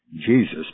Jesus